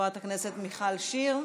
חברת הכנסת מיכל שיר,